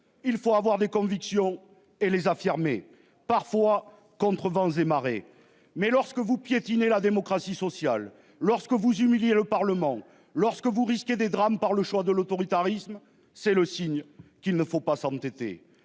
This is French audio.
il faut avoir des convictions et les a affirmé parfois contre vents et marées. Mais lorsque vous piétiner la démocratie sociale, lorsque vous humilier le Parlement lorsque vous risquez des drames par le choix de l'autoritarisme. C'est le signe qu'il ne faut pas s'entêter